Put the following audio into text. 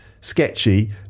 sketchy